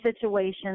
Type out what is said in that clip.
situations